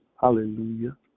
Hallelujah